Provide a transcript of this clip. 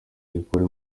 gikorwa